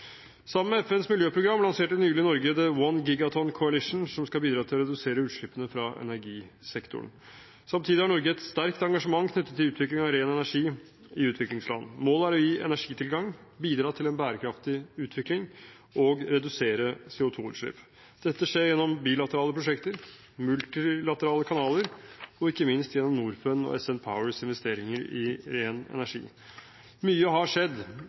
Sammen med FNs miljøprogram lanserte Norge nylig «The 1 Giga Ton Coalition», som skal bidra til å redusere utslippene fra energisektoren. Samtidig har Norge et sterkt engasjement knyttet til utvikling av ren energi i utviklingsland. Målet er å gi energitilgang, bidra til en bærekraftig utvikling og redusere CO2-utslipp. Dette skjer gjennom bilaterale prosjekter, multilaterale kanaler og ikke minst gjennom Norfund og SN Powers investeringer i ren energi. Mye har skjedd.